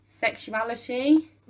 sexuality